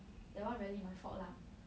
that one really my fault lah